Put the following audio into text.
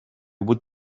would